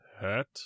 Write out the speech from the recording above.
Hat